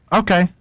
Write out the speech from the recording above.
okay